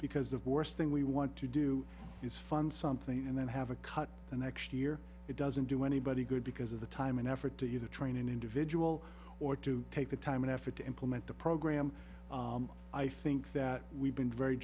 because of worst thing we want to do is fund something and then have a cut the next year it doesn't do anybody good because of the time and effort to either train an individual or to take the time and effort to implement the program i think that we've been very